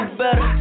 better